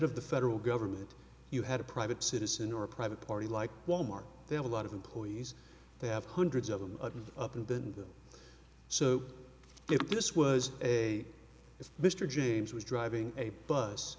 of the federal government you had a private citizen or private party like wal mart they have a lot of employees they have hundreds of them up and then so if this was a if mr james was driving a bus